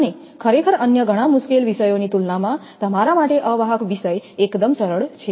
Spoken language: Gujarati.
અને ખરેખર અન્ય ઘણા મુશ્કેલ વિષયોની તુલનામાં તમારા માટે અવાહક વિષય એકદમ સરળ છે